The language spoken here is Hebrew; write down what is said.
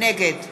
נגד